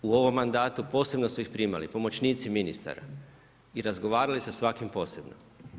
U ovom mandatu posebno su ih primali pomoćnici ministara i razgovarali sa svakim posebno.